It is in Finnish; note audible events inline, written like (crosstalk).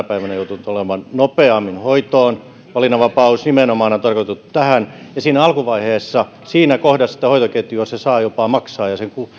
(unintelligible) päivänä joutuvat olemaan nopeammin hoitoon valinnanvapaus nimenomaan on tarkoitettu tähän ja siinä alkuvaiheessa siinä kohdassa sitä hoitoketjua se saa jopa maksaa